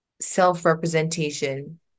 self-representation